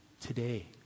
today